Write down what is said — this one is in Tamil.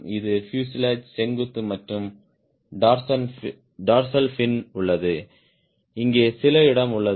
இது பியூசேலாஜ் செங்குத்து மற்றும் டார்சல் ஃபின் உள்ளது இங்கே சில இடம் உள்ளது